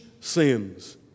sins